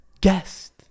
guest